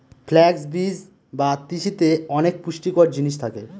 flux বীজ বা তিসিতে অনেক পুষ্টিকর জিনিস থাকে